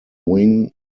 wing